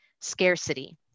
scarcity